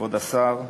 כבוד השר ארדן,